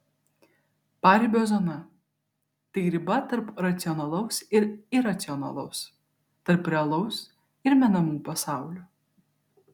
paribio zona tai riba tarp racionalaus ir iracionalaus tarp realaus ir menamų pasaulių